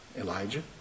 Elijah